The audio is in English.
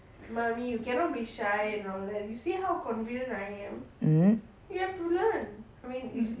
mm